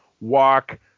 walk